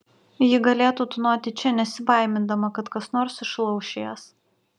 ji galėtų tūnoti čia nesibaimindama kad kas nors išlauš jas